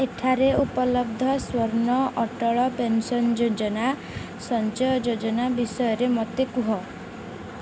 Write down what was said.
ଏଠାରେ ଉପଲବ୍ଧ ସ୍ଵର୍ଣ୍ଣ ଅଟଳ ପେନ୍ସନ୍ ଯୋଜନା ସଞ୍ଚୟ ଯୋଜନା ବିଷୟରେ ମୋତେ କୁହ